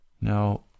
Now